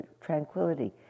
tranquility